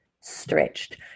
stretched